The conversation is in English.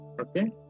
Okay